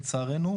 לצערנו,